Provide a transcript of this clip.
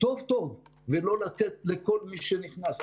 טוב טוב ולא לתת לכל מי שנכנס.